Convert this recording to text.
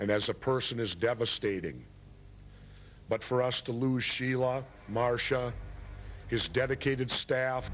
and as a person is devastating but for us to lose she lost marsha is dedicated staff